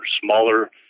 Smaller